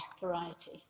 variety